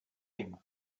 him